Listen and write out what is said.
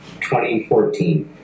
2014